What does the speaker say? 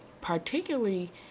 particularly